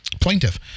plaintiff